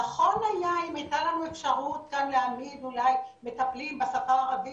נכון היה אם הייתה לנו אפשרות כאן להעמיד אולי מטפלים בשפה הערבית,